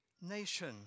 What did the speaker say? nation